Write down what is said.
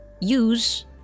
use